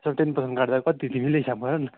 त्यसको ten percent काट्दा कति तिमीले हिसाब गर न